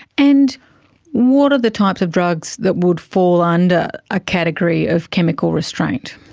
and what are the types of drugs that would fall under a category of chemical restraint?